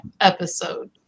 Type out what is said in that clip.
episode